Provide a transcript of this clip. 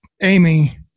Amy